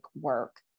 work